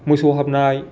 मोसौ हाबनाय